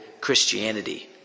Christianity